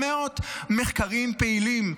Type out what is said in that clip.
700 מחקרים פעילים,